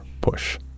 push